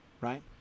Right